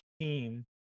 team